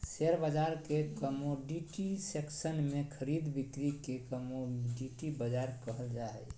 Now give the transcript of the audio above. share बाजार के commodity section में खरीद बिक्री के कमोडिटी बाजार कहल जा हइ